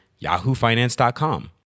yahoofinance.com